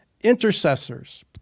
intercessors